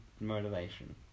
motivation